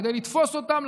כדי לתפוס אותם,